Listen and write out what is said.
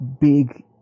big